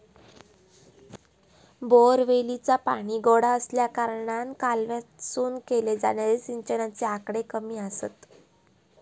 बोअरवेलीचा पाणी गोडा आसल्याकारणान कालव्यातसून केले जाणारे सिंचनाचे आकडे कमी आसत